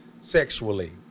sexually